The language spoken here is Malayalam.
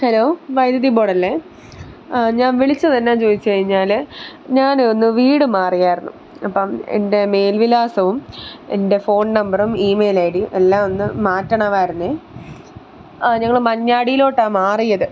ഹലോ വൈദ്യുതി ബോഡല്ലെ ആ ഞാൻ വിളിച്ചത് എന്നാന്ന് ചോദിച്ച് കഴിഞ്ഞാൽ ഞാനൊന്ന് വീട് മാറിയായിരുന്നു അപ്പം എന്റെ മേൽവിലാസവും എന്റെ ഫോൺ നമ്പറും ഇമെയിൽ ഐ ഡിയും എല്ലാം ഒന്ന് മാറ്റണമായിരുന്നെ ആ ഞങ്ങൾ മഞ്ഞാടിയിലോട്ടാണ് മാറിയത്